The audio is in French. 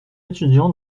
étudiant